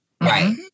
Right